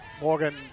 Morgan